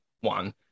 one